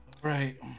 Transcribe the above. Right